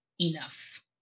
enough